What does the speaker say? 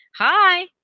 Hi